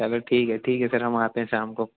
चलो ठीक है ठीक है सर हम आते हैं शाम को